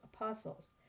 apostles